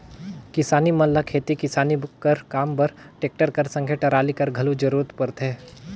किसान मन ल खेती किसानी कर काम बर टेक्टर कर संघे टराली कर घलो जरूरत परथे